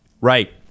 Right